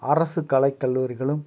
அரசு கலை கல்லூரிகளும்